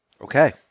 Okay